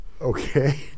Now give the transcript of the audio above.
okay